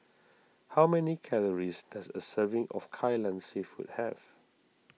how many calories does a serving of Kai Lan Seafood have